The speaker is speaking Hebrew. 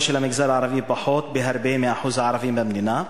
של המגזר הערבי פחות בהרבה מאחוז הערבים במדינה?